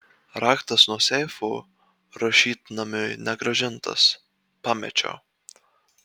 raktas nuo seifo rašytnamiui negrąžintas pamečiau